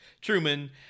Truman